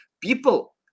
people